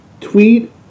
tweet